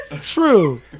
True